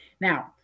now